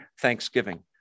thanksgiving